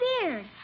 beard